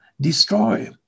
destroy